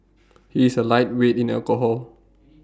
he is A lightweight in alcohol